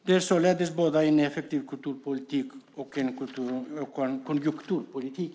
Det är således både en effektiv kulturpolitik och en konjunkturpolitik.